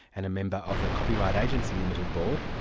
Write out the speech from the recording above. and a member of the copyright agency limited board,